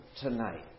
tonight